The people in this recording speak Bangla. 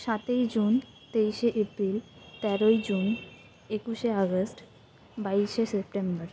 সাতই জুন তেইশে এপ্রিল তেরোই জুন একুশে আগস্ট বাইশে সেপ্টেম্বর